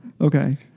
Okay